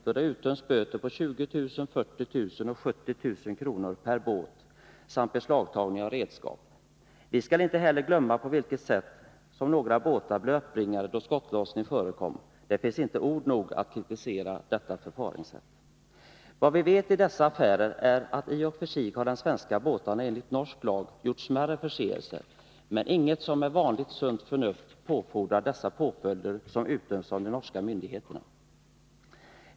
Det har utdömts böter på 20 000 kr., 40 000 kr. och 70 000 kr. per båt samt beslagtagning av redskap. Vi skall inte heller glömma på vilket sätt några båtar blev uppbringade. Skottlossning förekom. Det finns inte ord nog att kritisera detta förfaringssätt. Vad vi vet om dessa affärer är att de svenska båtarna enligt norsk lag i och för sig har gjort smärre förseelser, men inget som med vanligt sunt förnuft påfordrar de påföljder som har utdömts av de norska myndigheterna.